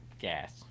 gas